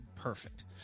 Perfect